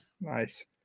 Nice